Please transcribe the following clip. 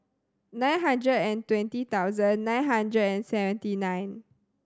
nine hundred and twenty thousand nine hundred and seventy nine